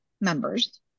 members